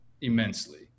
immensely